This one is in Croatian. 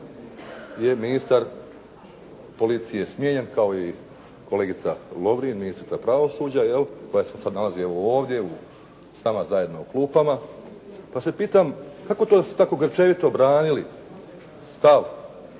je ministar policije smijenjen kao i kolegica Lovrin, ministrica pravosuđa jel', koja se nalazi evo ovdje s nama zajedno u klupama. Pa se pitam kako to da ste tako grčevito branili stav,